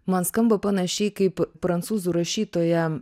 man skamba panašiai kaip prancūzų rašytoja